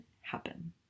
happen